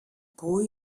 poi